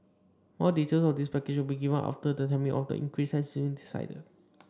more details of this package will be given after the timing of the increase has been decided